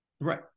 Right